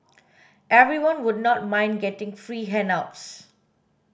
everyone would not mind getting free handouts